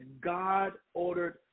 God-ordered